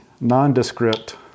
nondescript